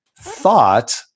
thought